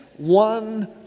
One